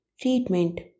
Treatment